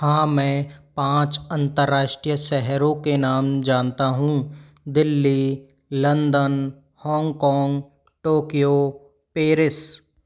हाँ मैं पाँच अंतर्राष्ट्रीय शहरों के नाम जानता हूँ Delhi London Hong Kong Tokyo Paris